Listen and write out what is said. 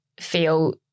feel